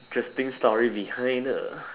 interesting story behind her